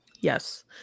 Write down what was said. Yes